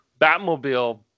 Batmobile